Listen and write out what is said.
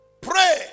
Pray